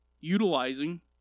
utilizing